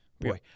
Boy